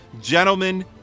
Gentlemen